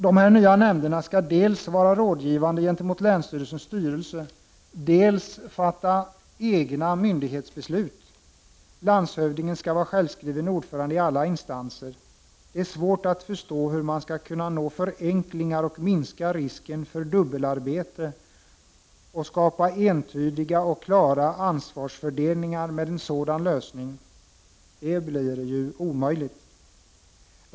Dessa nya nämnder skall dels vara rådgivande gentemot länsstyrelsens styrelse, dels fatta egna myndighetsbeslut. Landshövdingen skall vara självskriven ordförande i alla instanser. Det är svårt att förstå hur man skall kunna nå förenklingar och minska risken för dubbelarbete och skapa entydiga och klara ansvarsfördelningar med en sådan lösning. Det blir omöjligt.